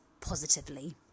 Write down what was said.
positively